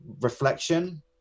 reflection